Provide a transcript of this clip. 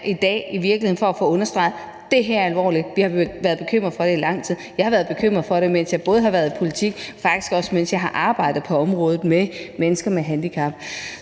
i dag er i virkeligheden at få understreget, at det her er alvorligt, og vi har været bekymret for det i lang tid. Jeg har været bekymret for det, både mens jeg har været i politik, og faktisk også mens jeg har arbejdet på området med mennesker med handicap.